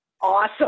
Awesome